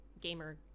gamer